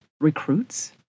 recruits